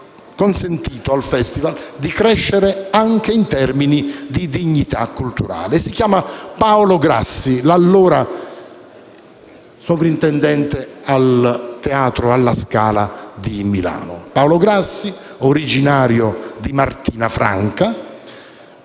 consentito al Festival di crescere anche in termini di dignità culturale. Si chiama Paolo Grassi, l'allora sovrintendente del Teatro alla Scala di Milano. Paolo Grassi, originario di Martina Franca